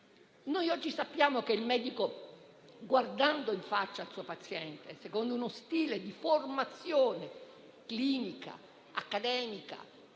Noi oggi sappiamo che il medico guarda in faccia il suo paziente secondo uno stile di formazione clinica, accademica,